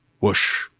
whoosh